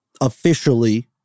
officially